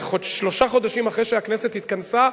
זה שלושה חודשים אחרי שהכנסת התכנסה,